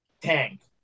tank